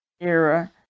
era